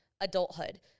adulthood